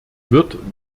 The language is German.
wird